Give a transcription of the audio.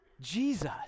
Jesus